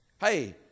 Hey